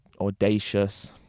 audacious